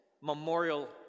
memorial